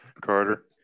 Carter